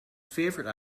favorite